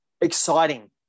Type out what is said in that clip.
exciting